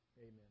amen